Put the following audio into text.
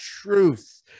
truth